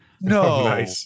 No